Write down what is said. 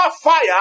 fire